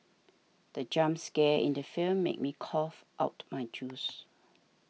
the jump scare in the film made me cough out my juice